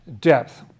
depth